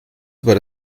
über